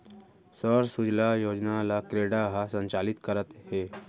सौर सूजला योजना ल क्रेडा ह संचालित करत हे